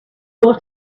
got